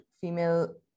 female